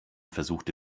versuchte